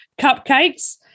cupcakes